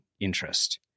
interest